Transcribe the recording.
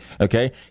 okay